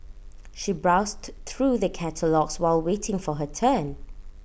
she browsed through the catalogues while waiting for her turn